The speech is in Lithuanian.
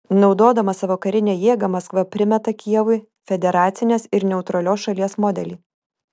naudodama savo karinę jėgą maskva primeta kijevui federacinės ir neutralios šalies modelį